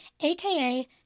aka